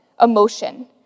emotion